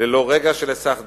ללא רגע של היסח דעת,